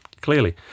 clearly